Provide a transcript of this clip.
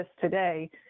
today